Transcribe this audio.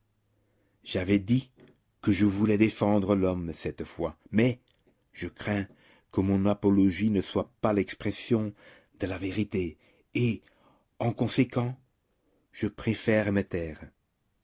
j'avais dit que je voulais défendre l'homme cette fois mais je crains que mon apologie ne soit pas l'expression de la vérité et par conséquent je préfère me taire